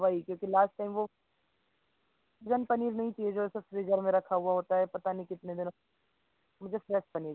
वही क्यूँकि last time वह फ्रोजन पनीर नहीं चाहिए जो ऐसा फ़्रीजर में रखा हुआ होता है पता नहीं कितने दिनों मुझे फ्रेस पनीर